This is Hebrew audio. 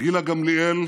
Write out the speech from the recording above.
גילה גמליאל,